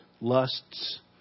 lusts